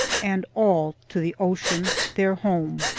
and all to the ocean, their home.